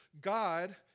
God